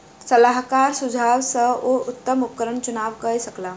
सलाहकारक सुझाव सॅ ओ उत्तम उपकरणक चुनाव कय सकला